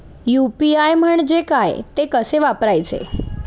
UPI म्हणजे काय, ते कसे वापरायचे?